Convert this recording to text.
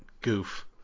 goof